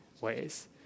ways